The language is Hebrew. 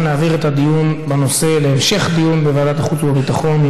להעביר את הנושא להמשך דיון בוועדת החוץ והביטחון.